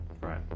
right